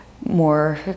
more